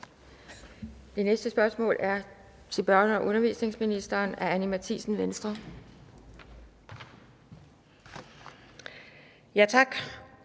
Det næste spørgsmål er til børne- og undervisningsministeren af Anni Matthiesen, Venstre. Kl.